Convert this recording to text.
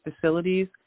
facilities